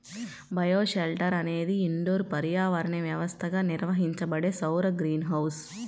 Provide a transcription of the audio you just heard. bioshelter అనేది indoor పర్యావరణ వ్యవస్థగా నిర్వహించబడే సౌర గ్రీన్ హౌస్